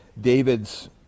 David's